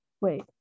Wait